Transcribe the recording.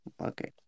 Okay